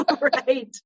Right